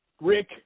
Rick